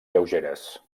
lleugeres